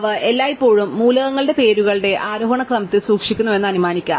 അവ എല്ലായ്പ്പോഴും മൂലകങ്ങളുടെ പേരുകളുടെ ആരോഹണ ക്രമത്തിൽ സൂക്ഷിക്കുന്നുവെന്ന് നമുക്ക് അനുമാനിക്കാം